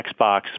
Xbox